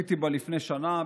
צפיתי בה לפני שנה,